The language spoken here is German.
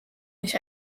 mich